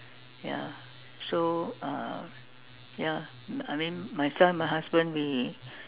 ya so uh ya I mean myself and my husband we